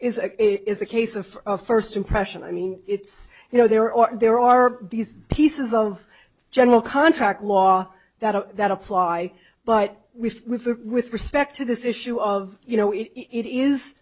a it's a case of first impression i mean it's you know there are or there are these pieces of general contract law that that apply but we with respect to this issue of you know it is